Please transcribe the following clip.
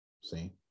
see